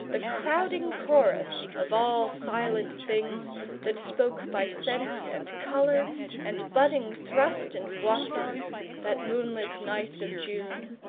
the crowding chorus, of all silent things that spoke by scent and colour and budding thrust and foison, that moonlit night of june!